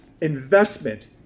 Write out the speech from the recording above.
investment